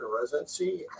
residency